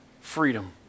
freedom